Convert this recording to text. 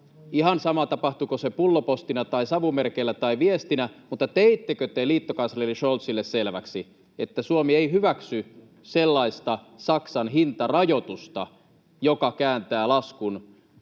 Ihan sama, tapahtuiko se pullopostina tai savumerkeillä tai viestinä, teittekö te silloin kesällä liittokansleri Scholzille selväksi, että Suomi ei hyväksy sellaista Saksan hintarajoitusta, joka kääntää laskun kaasusta